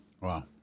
Wow